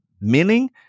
meaning